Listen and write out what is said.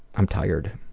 i'm tired.